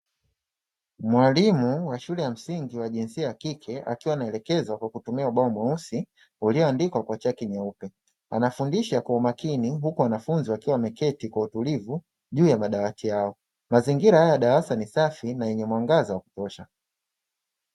Mwalimu wa shule ya msingi wa jinsia ya kike akiwa anaelekeza kwa kutumia ubao mweusi ulioandikwa kwa chaki nyeupe, anafundisha kwa umakini huku wanafunzi wakiwa wameketi kwa utulivu juu ya madawati yao, mazingira ya darasa ni safi na yenye mwangaza wa kutosha.